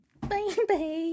Bye-bye